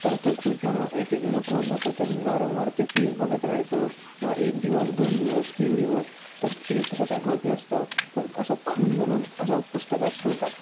तर तो खूप एक एक मोठे होत जातं तर मी वारंवार ते पीस बघत राहायचो एक दिवस दोन दिवस तीन दिवस तर ते तसं काय होत नसतं पण असं खूण म्हणून असं पुस्तकात ठेवतात